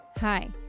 Hi